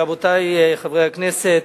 רבותי חברי הכנסת,